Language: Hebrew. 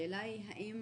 השאלה היא האם